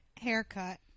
haircut